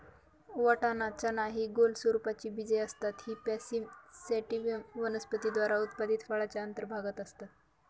वाटाणा, चना हि गोल स्वरूपाची बीजे असतात ही पिसम सॅटिव्हम वनस्पती द्वारा उत्पादित फळाच्या अंतर्भागात असतात